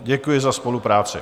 Děkuji za spolupráci.